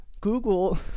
Google